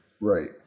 Right